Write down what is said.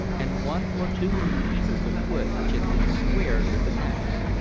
and one or two pieces of wood which had been squared with an axe.